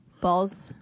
Balls